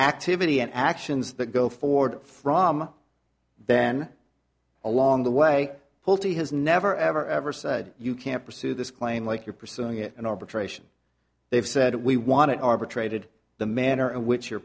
activity and actions that go forward from then along the way pulte has never ever ever said you can't pursue this claim like you're pursuing it and arbitration they've said we want it arbitrated the manner in which you're